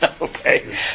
Okay